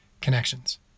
connections